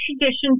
traditions